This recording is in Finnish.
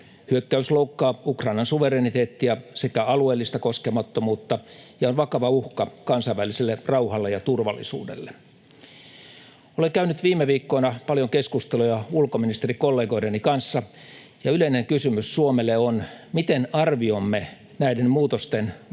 Hyökkäys loukkaa Ukrainan suvereniteettia sekä alueellista koskemattomuutta ja on vakava uhka kansainväliselle rauhalle ja turvallisuudelle. Olen käynyt viime viikkoina paljon keskusteluja ulkoministerikollegoideni kanssa, ja yleinen kysymys Suomelle on, miten arvioimme näiden muutosten